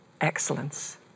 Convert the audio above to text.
excellence